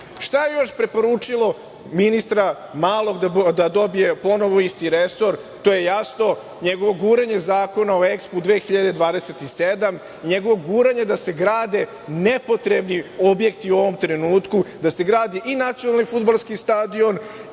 je još preporučilo ministra Malog da dobije ponovo isti resor? To je jasno. Njegovo guranje Zakona o EXPO 2027 i njegovo guranje da se grade nepotrebni objekti u ovom trenutku, da se gradi i nacionalni fudbalski stadion